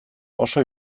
oso